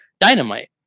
Dynamite